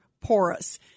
porous